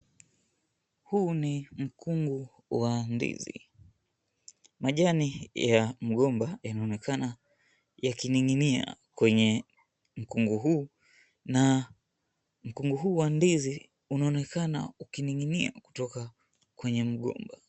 Huu ni mkungu wa ndizi, majani ya mgomba yanaonekana yakining'inia kwenye mkungu huu na mkungu huu wa ndizi unaonekana ukininginia kutoka kwenye mgomba.